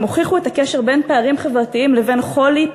הוכיחו את הקשר בין פערים חברתיים לבין חולי,